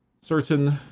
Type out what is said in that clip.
certain